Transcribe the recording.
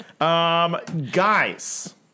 guys